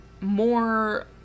more